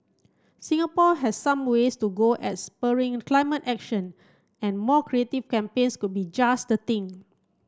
Singapore has some ways to go as spurring climate action and more creative campaigns could be just the thing